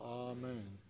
amen